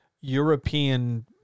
European